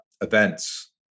events